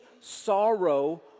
sorrow